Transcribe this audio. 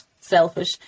selfish